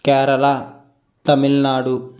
Kerala Tamil Nadu